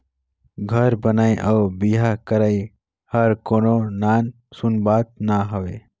घर बनई अउ बिहा करई हर कोनो नान सून बात ना हवे